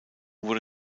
wurde